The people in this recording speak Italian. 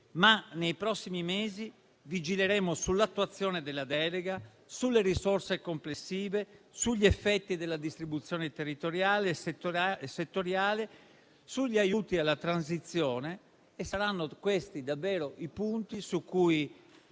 Nei prossimi mesi vigileremo sull'attuazione della delega, sulle risorse complessive, sugli effetti della distribuzione territoriale e settoriale, sugli aiuti alla transizione e saranno questi davvero i punti su cui